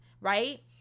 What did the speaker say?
right